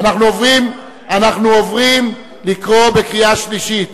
אנחנו עוברים לקרוא קריאה שלישית.